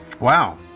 Wow